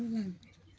গান